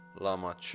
Lama